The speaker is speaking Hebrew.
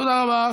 תודה רבה.